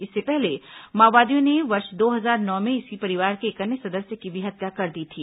इससे पहले माओवादियों ने वर्ष दो हजार नौ में इसी परिवार के एक अन्य सदस्य की भी हत्या कर दी थी